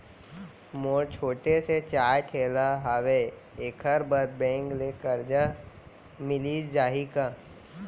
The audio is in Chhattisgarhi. मोर छोटे से चाय ठेला हावे एखर बर बैंक ले करजा मिलिस जाही का?